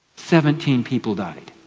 seventeen people died.